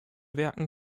werken